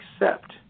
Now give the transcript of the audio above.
accept